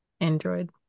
Android